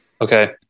okay